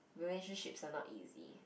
relationships are not easy